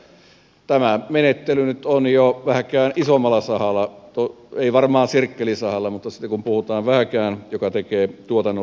elikkä tämä menettely nyt on jo vähänkään isommalla sahalla ei varmaan sirkkelisahalla mutta sitten kun puhutaan sellaisesta joka tekee vähänkään tuotannollista toimintaa